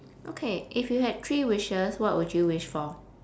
okay if you had three wishes what would you wish for